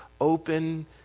open